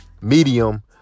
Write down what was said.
medium